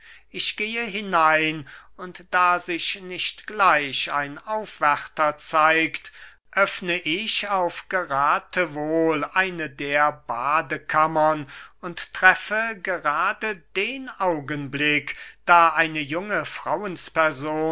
ich gehe hinein und da sich nicht gleich ein aufwärter zeigt öffne ich auf gerathewohl eine der badekammern und treffe gerade den augenblick da eine junge